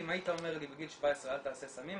אם היית אומר לי בגיל 17 "אל תעשה סמים",